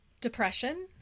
depression